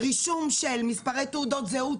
רישום של מספרי תעודות זהות,